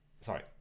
sorry